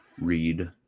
read